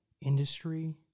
industry